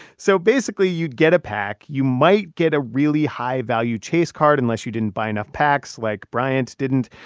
so basically, you'd get a pack. you might get a really high-value chase card, unless you didn't buy enough packs, like bryant didn't.